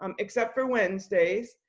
um except for wednesdays.